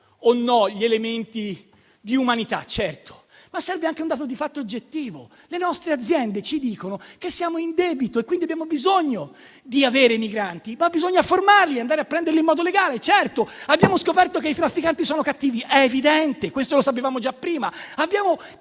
o no gli elementi di umanità? Certo, ma serve anche un dato di fatto oggettivo: le nostre aziende ci dicono che siamo in debito e quindi abbiamo bisogno dei migranti, ma bisogna andarli a prendere in modo legale, certo, e formarli. Abbiamo scoperto che i trafficanti sono cattivi, ma è evidente, questo lo sapevamo già prima.